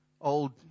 old